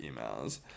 emails